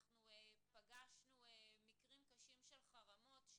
אנחנו פגשנו מקרים קשים של חרמות.